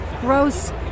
gross